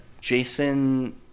Jason